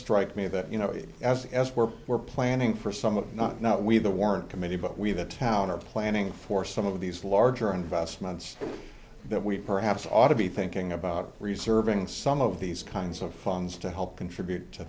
strike me that you know it as as we're we're planning for someone not not we the warrant committee but we the town are planning for some of these larger investments that we perhaps ought to be thinking about reserving some of these kinds of funds to help contribute to